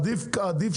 מה עדיף?